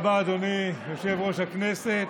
תודה רבה, אדוני יושב-ראש הכנסת.